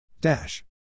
dash